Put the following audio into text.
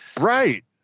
right